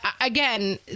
again